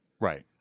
right